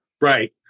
Right